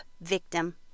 victim